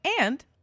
And-